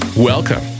Welcome